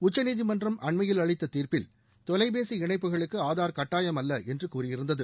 உச்சநீதிமன்றம் அண்மையில் அளித்த தீர்ப்பில் தொலைபேசி இணைப்புகளுக்கு ஆதார் கட்டாயமல்ல என்று கூறியிருந்தது